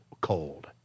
cold